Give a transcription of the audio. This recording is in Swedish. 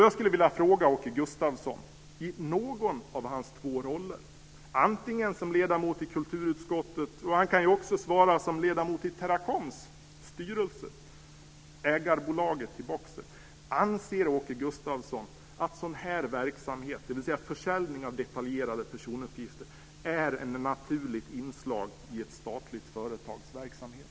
Jag skulle vilja fråga Åke Gustavsson i någon av hans två roller, antingen som ledamot av kulturutskottet eller som ledamot i styrelsen för Teracom, Boxers ägarbolag: Anser Åke Gustavsson att sådan här verksamhet, dvs. försäljning av detaljerade personuppgifter, är ett naturligt inslag i ett statligt företags verksamhet?